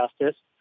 justice